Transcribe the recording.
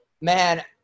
Man